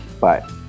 Bye